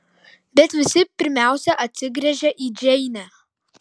bet visi pirmiausia atsigręžia į džeinę